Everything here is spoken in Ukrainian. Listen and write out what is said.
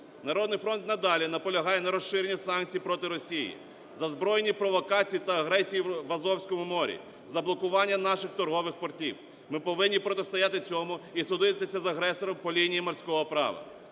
"Народний фронт" надалі наполягає на розширенні санкцій проти Росії за збройні провокації та агресію в Азовському морі, за блокування наших торгових портів. Ми повинні протистояти цьому і судитися з агресором по лінії морського права.